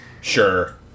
Sure